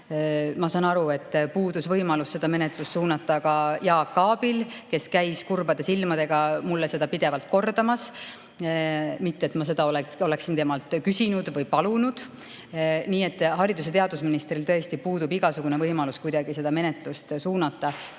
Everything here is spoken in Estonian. Ma saan aru, et puudus võimalus seda menetlust suunata ka Jaak Aabil, kes käis kurbade silmadega mulle seda pidevalt kordamas, kuigi ma seda [suunamist] temalt ei küsinud ega palunud. Nii et haridus- ja teadusministril tõesti puudub igasugune võimalus kuidagi seda menetlust suunata.